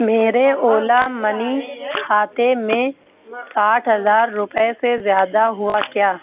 میرے اولا منی کھاتے میں ساٹھ ہزار روپئے سے زیادہ ہوا کیا